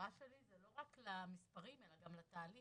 ההערה שלי זה לא רק למספרים אלא גם למספרים.